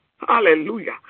Hallelujah